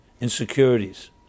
insecurities